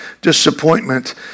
disappointment